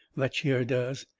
that chair does.